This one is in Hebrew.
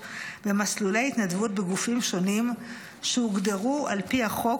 למסלולי התנדבות בגופים שונים שהוגדרו על פי החוק,